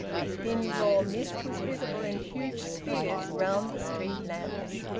a thin raw mist was visible in huge spheres round the street lamps.